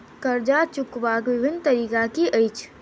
कर्जा चुकबाक बिभिन्न तरीका की अछि?